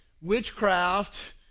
Witchcraft